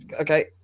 Okay